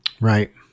Right